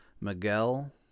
Miguel